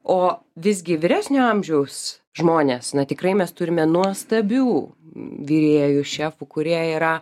o visgi vyresnio amžiaus žmonės na tikrai mes turime nuostabių virėjų šefų kurie yra